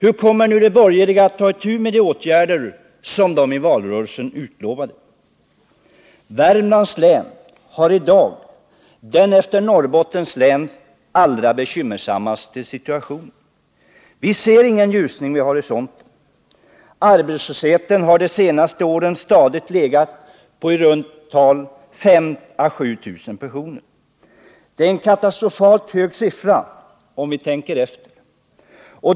Hur kommer de borgerliga att ta itu med de åtgärder som de i valrörelsen utlovade? Värmlands län har i dag den efter Norrbottens län allra bekymmersammaste situationen. Vi ser ingen ljusning vid horisonten. Arbetslösheten har under de senaste åren stadigt legat på i runt tal 5 000-7 000 personer. Det är en katastrofalt hög siffra, om vi tänker efter.